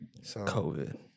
COVID